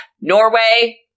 Norway